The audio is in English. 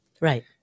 right